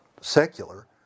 secular